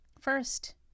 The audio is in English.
first